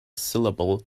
syllable